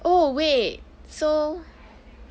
oh wait so